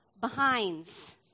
behinds